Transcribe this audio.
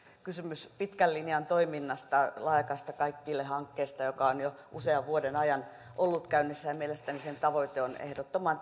kysymys pitkän linjan toiminnasta laajakaista kaikille hankkeesta joka on jo usean vuoden ajan ollut käynnissä mielestäni sen tavoite on ehdottoman